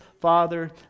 Father